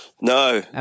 No